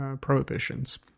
prohibitions